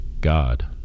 God